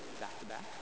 back-to-back